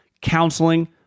counseling